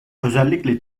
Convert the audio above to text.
özellikle